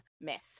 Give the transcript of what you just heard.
myth